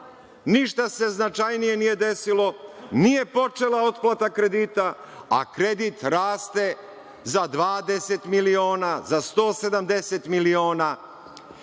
ništa se značajnije nije desilo, nije počela otplata kredita, a kredit raste za 20 miliona, za 170 miliona. Mislim